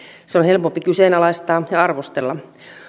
sitä on helpompi kyseenalaistaa ja arvostella